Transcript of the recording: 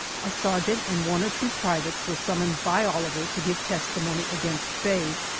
a sergeant and one or two privates were summoned by oliver to give testimony against faye,